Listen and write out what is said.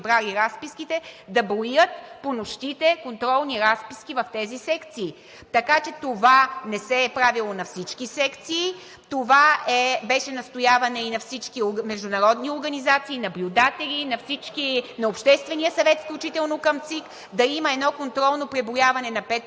прибрали разписките, да броят по нощите контролни разписки в тези секции. Така че това не се е правило на всички секции. Това беше настояване и на всички международни организации, наблюдатели, включително на Обществения съвет към ЦИК – да има едно контролно преброяване на 5%